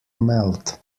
melt